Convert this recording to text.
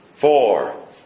four